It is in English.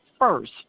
first